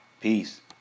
Peace